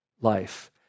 life